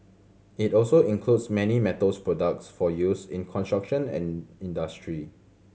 it also includes many metals products for use in construction and industry